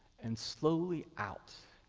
and slowly out,